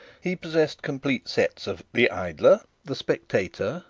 he possessed complete sets of the idler, the spectator,